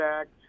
act